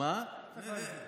אדוני היושב-ראש.